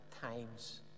times